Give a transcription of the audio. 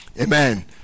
Amen